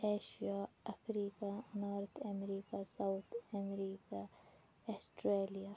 Asia Africa north America south America Australia